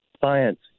science